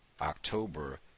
October